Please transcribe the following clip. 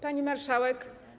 Pani Marszałek!